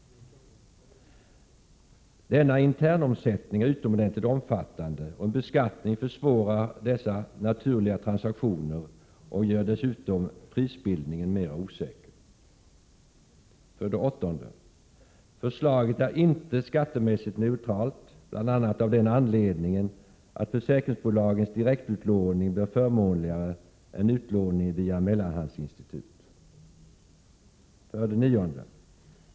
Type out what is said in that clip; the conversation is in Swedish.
Denna internomsättning är utomordentligt omfattande, och en beskattning försvårar dessa naturliga transaktioner och gör dessutom prisbildningen mera osäker. 8. Förslaget är inte skattemässigt neutralt bl.a. av den anledningen att försäkringsbolagens direktutlåning blir förmånligare än utlåning via mellanhandsinstitut. 9.